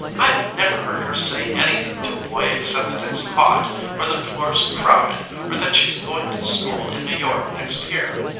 i've never heard her say anything to a boy except that it's hot or the floor's crowded or that she's going to school in new york next year.